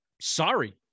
Sorry